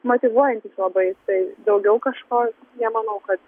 motyvuojantys labai tai daugiau kažko nemanau kad